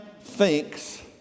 thinks